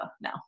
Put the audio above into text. now